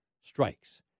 strikes